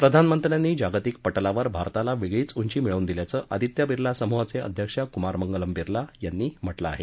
प्रधानमंत्र्यांनी जागतिक प िमावर भारताला वेगळीच उंची मिळवून दिल्याचं आदित्य बिर्ला समुहाचे अध्यक्ष कुमार मंगलम बिर्ला यांनी म्हा कें आहे